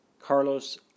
Carlos